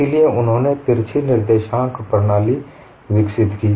इसलिए उन्होंने तिरछी निर्देशांक प्रणाली विकसित की